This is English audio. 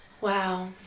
Wow